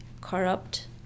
corrupt